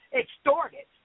extorted